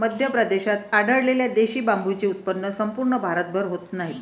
मध्य प्रदेशात आढळलेल्या देशी बांबूचे उत्पन्न संपूर्ण भारतभर होत नाही